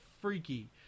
freaky